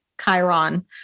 Chiron